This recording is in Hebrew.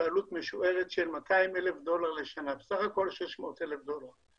בעלות משוערת של 200,000 דולר לשנה בסך הכול 600,000 דולר.